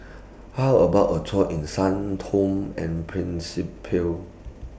How about A Tour in Sao Tome and Principe